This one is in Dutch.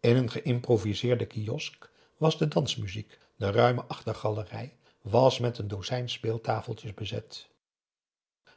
in een geïmproviseerde kiosk was de dansmuziek de ruime achtergalerij was met een dozijn speeltafeltjes bezet